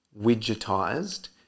widgetized